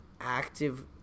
active